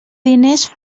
diners